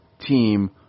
team